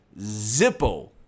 zippo